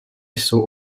jsou